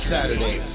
Saturday